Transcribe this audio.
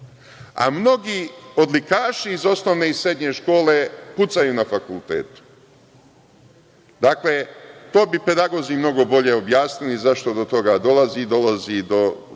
a mnogi odlikaši iz osnovne i srednje škole pucaju na fakultetu. Dakle, to bi pedagozi mnogo bolje objasnili, zašto do toga dolazi, da li zbog